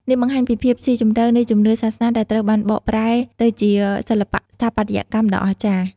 នេះបង្ហាញពីភាពស៊ីជម្រៅនៃជំនឿសាសនាដែលត្រូវបានបកប្រែទៅជាសិល្បៈស្ថាបត្យកម្មដ៏អស្ចារ្យ។